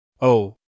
Oh